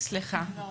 החוץ.